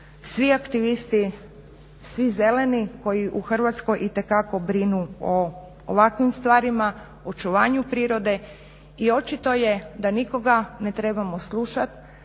svi aktivisti, svi zeleni koji u Hrvatskoj itekako brinu o ovakvim stvarima, očuvanju prirode i očito je da nikoga ne trebamo slušat,